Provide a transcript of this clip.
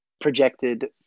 projected